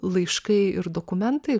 laiškai ir dokumentai